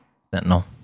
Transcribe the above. Sentinel